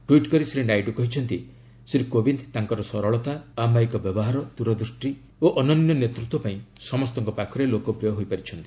tweet କରି ଶ୍ରୀ ନାଇଡୁ କହିଛନ୍ତି ଶ୍ରୀ କୋବିନ୍ଦ୍ ତାଙ୍କର ସରଳତା ଅମାୟିକ ବ୍ୟବହାର ଦୂରଦୃଷ୍ଟି ଓ ଅନନ୍ୟ ନେତୃତ୍ୱ ପାଇଁ ସମସ୍ତଙ୍କ ପାଖରେ ଲୋକପ୍ରିୟ ହୋଇପାରିଛନ୍ତି